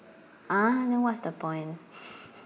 ah then what's the point